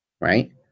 Right